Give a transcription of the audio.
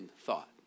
thought